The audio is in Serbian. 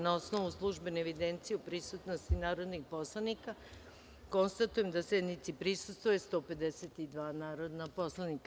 Na osnovu službene evidencije o prisutnosti narodnih poslanika, konstatujem da sednice prisustvuje 152 narodna poslanika.